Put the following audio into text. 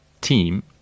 team